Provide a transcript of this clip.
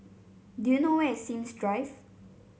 do you know where is Sims Drive